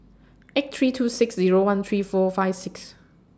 eight three two six Zero one three four five six